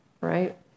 right